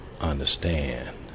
understand